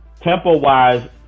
Tempo-wise